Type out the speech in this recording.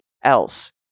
Else